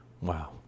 Wow